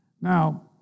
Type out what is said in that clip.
Now